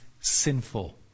sinful